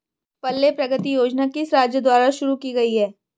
पल्ले प्रगति योजना किस राज्य द्वारा शुरू की गई है?